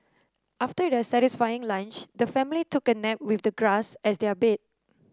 after their satisfying lunch the family took a nap with the grass as their bed